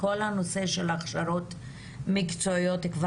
משום שהנושא של הכשרות מקצועיות על